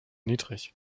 niedrig